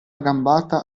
gambata